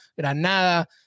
Granada